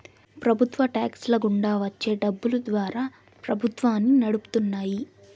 ప్రభుత్వ టాక్స్ ల గుండా వచ్చే డబ్బులు ద్వారా ప్రభుత్వాన్ని నడుపుతున్నాయి